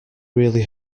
really